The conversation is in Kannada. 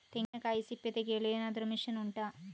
ತೆಂಗಿನಕಾಯಿ ಸಿಪ್ಪೆ ತೆಗೆಯಲು ಏನಾದ್ರೂ ಮಷೀನ್ ಉಂಟಾ